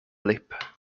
lip